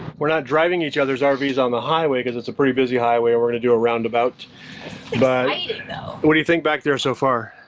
we're not driving each other's ah rvs on the highway, cause it's a pretty busy highway and we're gonna do a roundabout but what do you think back there so far?